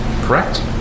correct